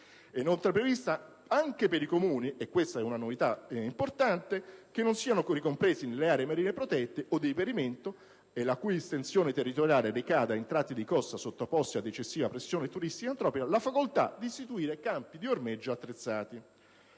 inoltre prevista anche per i Comuni - è questa una novità importante - che non siano ricompresi nelle aree marine protette o di reperimento, la cui estensione territoriale ricada in tratti di costa sottoposti ad eccessiva pressione turistica ed antropica, la facoltà di istituire campi di ormeggio attrezzati.